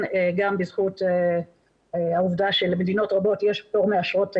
גם בזכות העובדה שלמדינות רבות יש פטור מאשרות תייר,